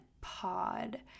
Pod